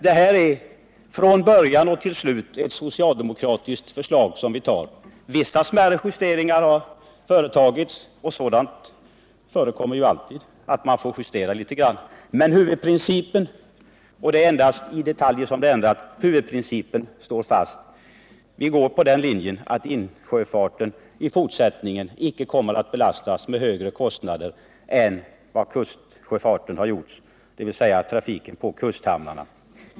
Det är dock från början till slut fråga om ett socialdemokratiskt förslag som vi nu behandlar. Vissa smärre justeringar har företagits, men sådana förekommer ju alltid. Huvudprincipen står fast. Det är endast några detaljer som ändrats. Vår linje innebär att insjöfarten i fortsättningen inte skall belastas med högre kostnader än de som gäller för kustsjöfarten, dvs. trafiken på kusthamnarna.